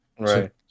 Right